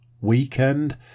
weekend